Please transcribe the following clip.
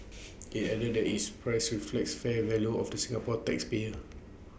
IT added that its price reflects fair value of the Singaporean tax payer